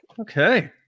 Okay